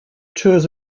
tours